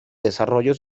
desarrollo